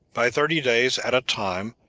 by thirty days at a time,